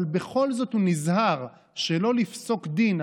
אבל בכל זאת הוא נזהר שלא לפסוק דין,